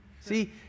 See